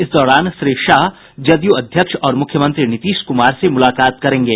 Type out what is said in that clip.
इस दौरान श्री शाह जदयू अध्यक्ष और मुख्यमंत्री नीतीश कुमार से मुलाकात करेंगे